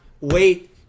wait